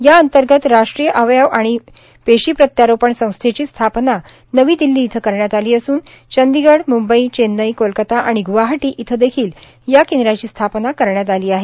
या अंतर्गत राष्ट्रीय अवयव आणि पेशी प्रत्यारोपण संस्थेची स्थापना नवी दिल्ली इथं करण्यात आली असून चंदीगड मंंबई चेन्नई कोलकाता आणि ग्वाहाटी इथं देखिल या केंद्राची स्थापना करण्यात आली आहे